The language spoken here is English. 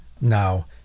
Now